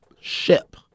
ship